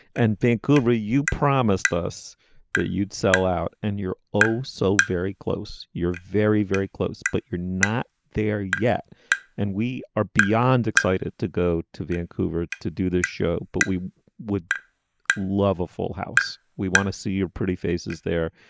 and vancouver you promised us that you'd sell out and you're oh so very close you're very very close but you're not there yet and we are beyond excited to go to vancouver to do this show. but we would love a full house. we want to see your pretty faces there.